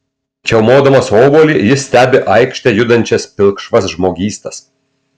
čiaumodamas obuolį jis stebi aikšte judančias pilkšvas žmogystas